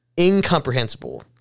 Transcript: incomprehensible